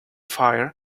fire